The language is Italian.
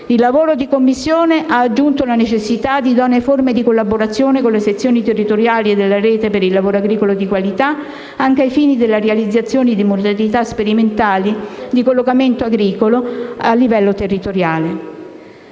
Il lavoro di Commissione ha aggiunto la necessità di idonee forme di collaborazioni con le sezioni territoriali della Rete del lavoro agricolo di qualità anche ai fini della realizzazione di modalità sperimentali di collocamento agricolo modulate a livello territoriale.